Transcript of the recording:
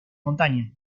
montaña